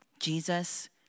Jesus